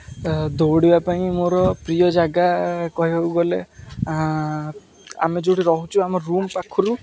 ଦୌଡ଼ିବା ପାଇଁ ମୋର ପ୍ରିୟ ଜାଗା କହିବାକୁ ଗଲେ ଆମେ ଯେଉଁଠି ରହୁଛୁ ଆମ ରୁମ୍ ପାଖରୁ